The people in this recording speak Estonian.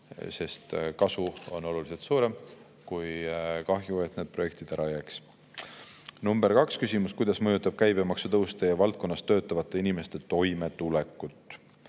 sest kasu on oluliselt suurem kui kahju, kui need projektid ära jääks. Küsimus number kaks: "Kuidas mõjutab käibemaksutõus Teie valdkonnas töötavate inimeste toimetulekut?"